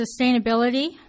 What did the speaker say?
sustainability